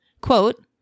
quote